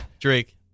Drake